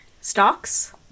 Stocks